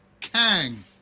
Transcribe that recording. Kang